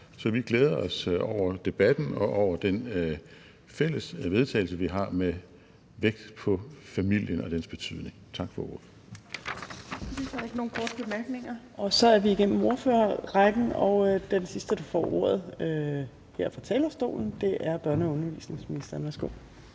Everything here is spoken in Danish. Så vi glæder os over debatten og over vores fælles forslag til vedtagelse med vægt på familien og dens betydning. Tak for ordet.